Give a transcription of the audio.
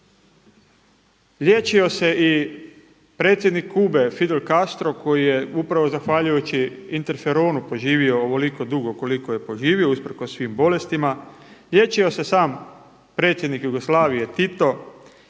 Liječio se i predsjednik Kube Fidel Kastro koji je upravo zahvaljujući interferonu poživio ovoliko dugo koliko je poživio usprkos svim bolestima. Liječio se sam predsjednik Jugoslavije Tito,